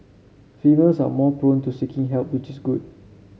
females are more prone to seeking help which is good